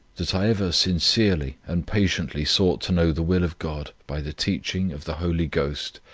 that i ever sincerely and patiently sought to know the will of god by the teaching of the holy ghost,